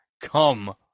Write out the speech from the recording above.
come